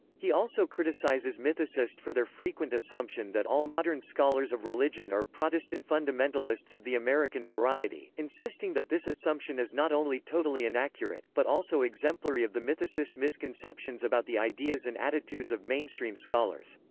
he also criticizes mythicists for their frequent assumption that all modern scholars of religion are protestant fundamentalists of the american variety, insisting that this assumption is not only totally inaccurate, but also exemplary of the mythicists' misconceptions about the ideas and attitudes of mainstream scholars.